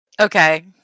Okay